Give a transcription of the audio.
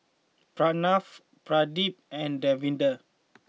Pranav Pradip and Davinder